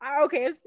Okay